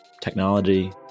technology